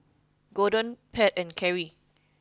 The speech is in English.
Gorden Pat and Carie